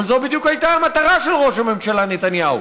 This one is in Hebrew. אבל זאת בדיוק הייתה המטרה של ראש הממשלה נתניהו,